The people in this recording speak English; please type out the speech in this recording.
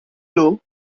low